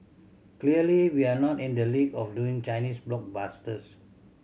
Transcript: clearly we're not in the league of doing Chinese blockbusters